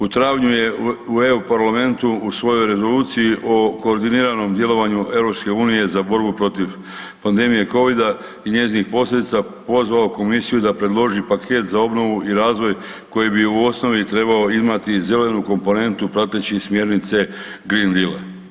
U travnju je u EU Parlamentu u svojoj Rezoluciji o koordiniranom djelovanju EU za borbu protiv pandemije covida i njezinih posljedica pozvao Komisiju da predloži paket za obnovu i razvoj koji bi u osnovi trebao imati zelenu komponentu prateći smjernica Green Deal-a.